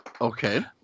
Okay